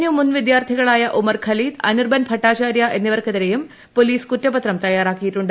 U മുൻ വിദ്യാർത്ഥിക്ളായ ഉമർ ഖലീദ് അനിർബൻ ഭട്ടാചാര്യ എന്നിവർക്കെതിരെയും പോലീസ് കുറ്റപത്രം തയ്യാറാക്കിയിട്ടുണ്ട്